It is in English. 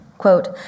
Quote